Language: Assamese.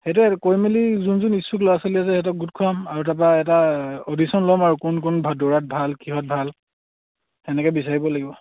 সেইটো কৈ মেলি যোন যোন ইচ্ছুক ল'ৰা ছোৱালী আছে সিহঁতক গোট খোৱাম আৰু তাৰপা এটা অডিশ্যন ল'ম আৰু কোন কোন দৌৰাত ভাল কিহত ভাল সেনেকে বিচাৰিব লাগিব